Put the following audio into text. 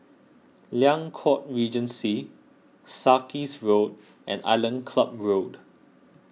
Liang Court Regency Sarkies Road and Island Club Road